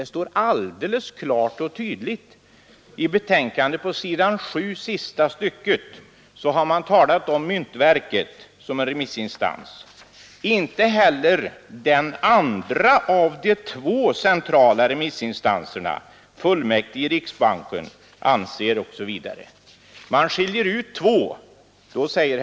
Det står ju klart och tydligt i betänkandet, s. 7, sista stycket. Efter att ha talat om myntverket som remissinstans skriver utskottet: ”Inte heller den andra av de två centrala remissinstanserna, fullmäktige i riksbanken, anser ———.” Där har alltså utskottet skiljt ut två remissinstanser.